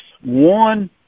one